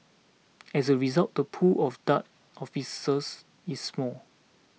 as a result the pool of Dart officers is small